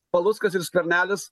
paluckas ir skvernelis